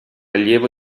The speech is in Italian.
allievo